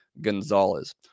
Gonzalez